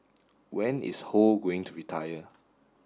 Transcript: when is Ho going to retire